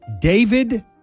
David